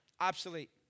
Obsolete